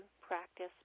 practice